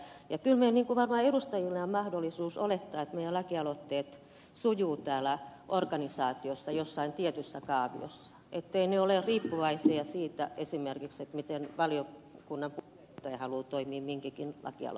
kyllä meillä edustajilla on mahdollisuus olettaa että meidän lakialoitteemme sujuvat täällä organisaatiossa jossain tietyssä kaaviossa etteivät ne ole riippuvaisia esimerkiksi siitä miten paljon puna tai halut toimiminkikin vakiona